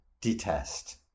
detest